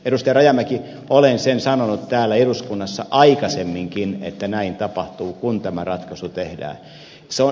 rajamäki olen sen sanonut täällä eduskunnassa aikaisemminkin että näin tapahtuu kun tämä ratkaisu tehdään